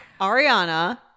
Ariana